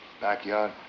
backyard